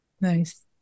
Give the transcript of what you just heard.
Nice